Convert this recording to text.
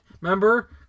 Remember